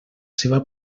seva